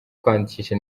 kwandikisha